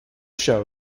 show